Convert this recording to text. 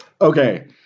Okay